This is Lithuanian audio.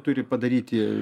turi padaryti